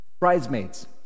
Bridesmaids